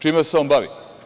Čime se on bavi?